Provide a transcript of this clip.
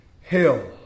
hell